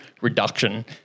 reduction